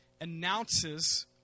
announces